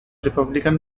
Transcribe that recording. republican